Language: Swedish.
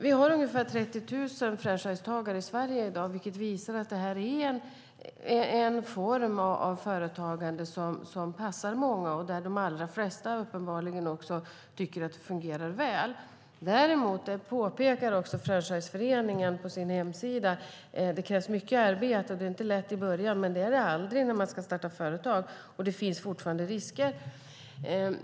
Vi har ungefär 30 000 franchisetagare i Sverige i dag, vilket visar att det är en form av företagande som passar många och där de allra flesta uppenbarligen också tycker att det fungerar väl. Franchiseföreningen påpekar däremot på sin hemsida att det krävs mycket arbete och att det inte är lätt i början. Men det är det aldrig när man ska starta företag, och det finns fortfarande risker.